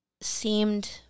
seemed